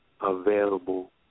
available